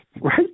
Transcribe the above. right